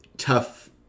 tough